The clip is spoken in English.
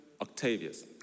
Octavius